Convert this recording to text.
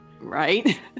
Right